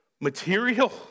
material